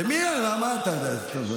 למי אמרת?